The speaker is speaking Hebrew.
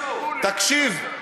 תקשיב,